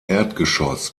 erdgeschoss